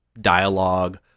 dialogue